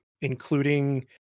including